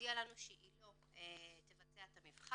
הודיעה לנו שהיא לא תבצע את המבחן,